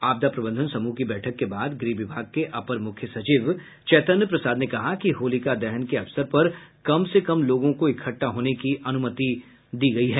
आपदा प्रबंधन समूह की बैठक के बाद गृह विभाग के अपर मुख्य सचिव चैतन्य प्रसाद ने कहा कि होलिका दहन के अवसर पर कम से कम लोगों को इकट्ठा होने की अनुमति है